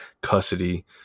custody